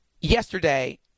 yesterday